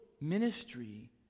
ministry